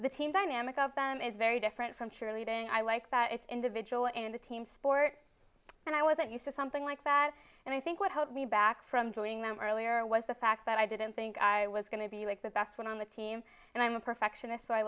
the team dynamic of them is very different from truly didn't i like that it's individual and a team sport and i wasn't used to something like that and i think what held me back from doing them earlier was the fact that i didn't think i was going to be like the best one on the team and i'm a perfectionist so i